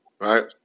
right